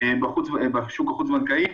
בשוק החוץ בנקאי,